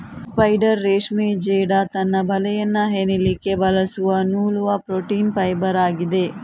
spider ರೇಷ್ಮೆ ಜೇಡ ತನ್ನ ಬಲೆಯನ್ನ ಹೆಣಿಲಿಕ್ಕೆ ಬಳಸುವ ನೂಲುವ ಪ್ರೋಟೀನ್ ಫೈಬರ್ ಆಗಿದೆ